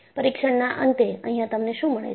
પરીક્ષણના અંતે અહિયાં તમને શું મળે છે